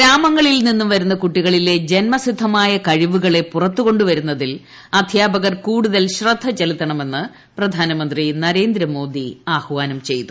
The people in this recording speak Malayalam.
ഗ്രാമങ്ങളിൽ നിന്നും വരുന്ന കുട്ടികളിലെ ജന്മസിദ്ധമായ കഴിവുകളെ പുറത്തുകൊണ്ടുവരുന്നതിൽ അധ്യാപക്ർ കൂടുതൽ ശ്രദ്ധ ചെലുത്തണമെന്ന് പ്രധാനമന്ത്രി നര്യ്ന്ട്മോദി ആഹ്വാനം ചെയ്തു